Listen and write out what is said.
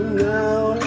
now